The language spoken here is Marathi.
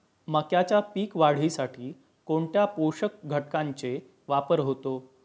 मक्याच्या पीक वाढीसाठी कोणत्या पोषक घटकांचे वापर होतो?